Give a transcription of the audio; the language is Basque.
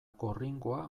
gorringoa